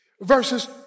verses